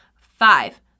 Five